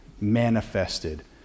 manifested